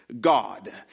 God